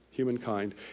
humankind